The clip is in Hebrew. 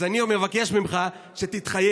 אז אני מבקש ממך שתתחייב,